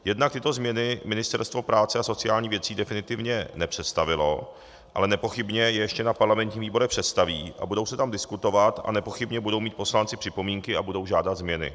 Jednak tyto změny Ministerstvo práce a sociálních věcí definitivně nepředstavilo, ale nepochybně je ještě v parlamentních výborech představí a budou se tam diskutovat a nepochybně budou mít poslanci připomínky a budou žádat změny.